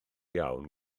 iawn